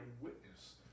witness